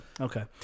Okay